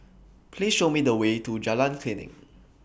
Please Show Me The Way to Jalan Klinik